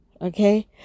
Okay